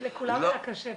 כי לכולם היה קשה,